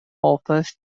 offers